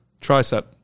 Tricep